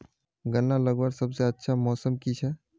गन्ना लगवार सबसे अच्छा मौसम की छे?